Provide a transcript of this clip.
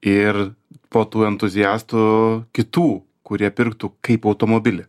ir po tų entuziastų kitų kurie pirktų kaip automobilį